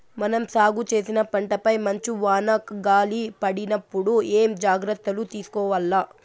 మనం సాగు చేసిన పంటపై మంచు, వాన, గాలి పడినప్పుడు ఏమేం జాగ్రత్తలు తీసుకోవల్ల?